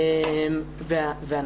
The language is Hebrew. הפרקליטות.